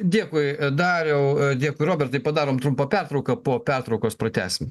dėkui dariau dėkui robertai padarom trumpą pertrauką po pertraukos pratęsim